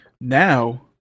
Now